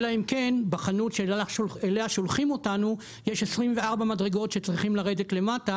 אלא אם כן בחנות אליה שולחים אותנו יש 24 מדרגות שצריכים לרדת למטה